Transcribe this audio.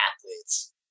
athletes